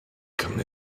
come